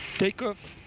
take off